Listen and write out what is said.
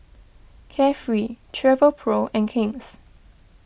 Carefree Travelpro and King's